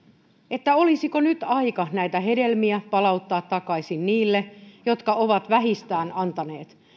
olisiko nyt aika näitä hedelmiä palauttaa takaisin niille jotka ovat vähistään antaneet ja